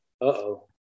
Uh-oh